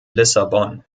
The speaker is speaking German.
lissabon